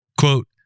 quote